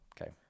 Okay